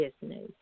business